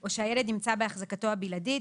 או שהילד נמצא בהחזקתו הבלעדית,